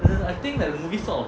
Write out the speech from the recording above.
I think the movie sort of